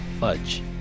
Fudge